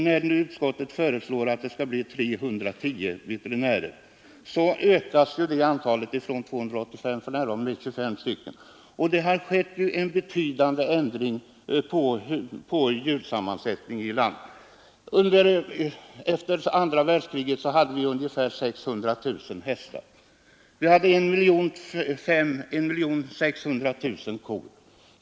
Antalet veterinärer föreslås enligt utskottet utökat med 25, från 285 till 310. Det har skett en betydande ändring av djursammansättningen i landet. Efter andra världskriget hade vi ungefär 600 000 hästar och 1 600 000 kor.